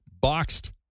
boxed